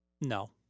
No